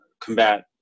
combat